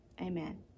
Amen